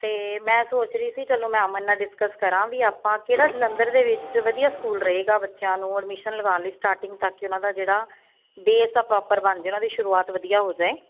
ਅਤੇ ਮੈਂ ਸੋਚ ਰਹੀ ਸੀ ਚਲੋ ਮੈਂ ਅਮਨ ਨਾਲ ਡਿਸਕਸ ਕਰਾਂ ਵੀ ਆਪਾਂ ਕਿਹੜਾ ਜਲੰਧਰ ਦੇ ਵਿੱਚ ਵਧੀਆ ਸਕੂਲ ਰਹੇਗਾ ਬੱਚਿਆਂ ਨੂੰ ਐਡਮਿਸ਼ਨ ਲਗਾਉਣ ਲਈ ਸਟਾਰਟਿੰਗ ਤੱਕ ਉਹਨਾਂ ਦਾ ਜਿਹੜਾ ਬੇਸ ਆ ਪ੍ਰੋਪਰ ਬਣ ਜਾਣਾ ਦੀ ਸ਼ੁਰੂਆਤ ਵਧੀਆ ਹੋ ਜਾਏ